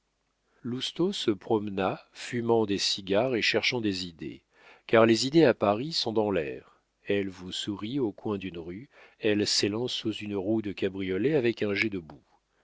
lousteau se promena fumant des cigares et cherchant des idées car les idées à paris sont dans l'air elles vous sourient au coin d'une rue elles s'élancent sous une roue de cabriolet avec un jet de boue